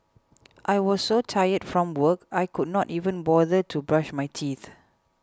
I was so tired from work I could not even bother to brush my teeth